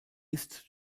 ist